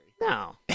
No